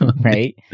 Right